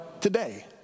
today